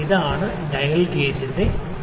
ഇതാണ് ഡയൽ ഗേജിന്റെ തത്വം